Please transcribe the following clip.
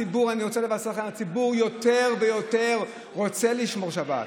אני רוצה לבשר לכם שהציבור יותר ויותר רוצה לשמור שבת.